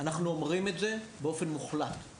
אנחנו אומרים את זה באופן מוחלט;